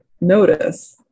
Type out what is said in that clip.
notice